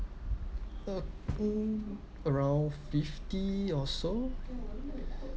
uh um around fifty or so